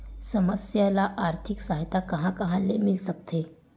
समस्या ल आर्थिक सहायता कहां कहा ले मिल सकथे?